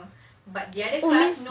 oh no